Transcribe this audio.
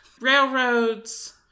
Railroads